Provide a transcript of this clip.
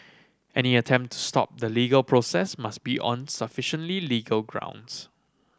any attempt to stop the legal process must be on sufficiently legal grounds